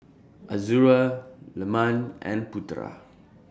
Azura Leman and Putera